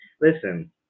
Listen